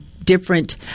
different